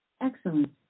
Excellent